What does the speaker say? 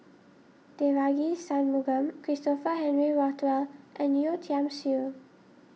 Devagi Sanmugam Christopher Henry Rothwell and Yeo Tiam Siew